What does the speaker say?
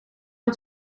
aan